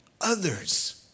others